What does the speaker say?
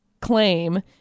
claim